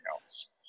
else